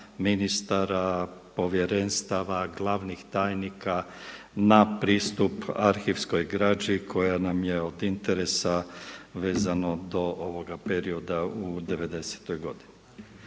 ministara, povjerenstava, glavnih tajnika na pristup arhivskoj građi koja nam je od interesa vezano do ovoga perioda u devedesetoj